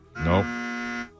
No